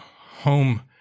home